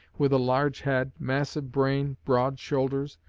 with a large head, massive brain, broad shoulders,